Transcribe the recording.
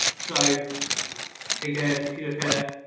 so again, if you look ah